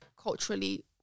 culturally